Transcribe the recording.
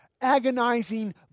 agonizing